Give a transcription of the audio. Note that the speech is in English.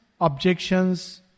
objections